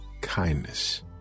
kindness